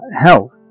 Health